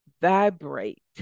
vibrate